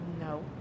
No